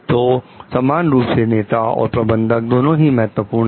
तो समान रूप से नेता और प्रबंधक दोनों ही महत्वपूर्ण है